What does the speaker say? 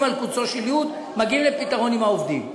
על קוצו של יו"ד ומגיעים לפתרון עם העובדים,